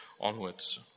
onwards